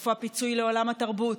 איפה הפיצוי לעולם התרבות,